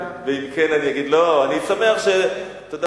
אתה יודע מה,